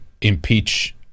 impeach